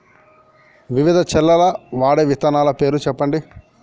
వివిధ చేలల్ల వాడే విత్తనాల పేర్లు చెప్పండి?